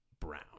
brown